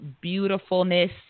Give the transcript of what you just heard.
beautifulness